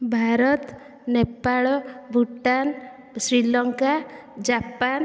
Bharat Nepal Bhutan Sri Lanka Japan